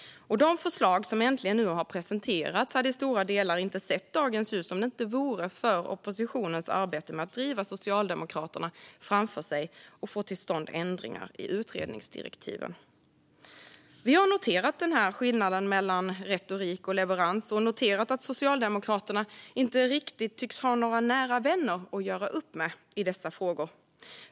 Och de förslag som äntligen presenterats hade i stora delar inte sett dagens ljus om det inte vore för oppositionens arbete med att driva Socialdemokraterna framför sig och få till stånd ändringar i utredningsdirektiven. Vi har noterat denna skillnad mellan retorik och leverans och också noterat att Socialdemokraterna inte riktigt tycks ha några nära vänner att göra upp med i dessa frågor.